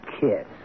kiss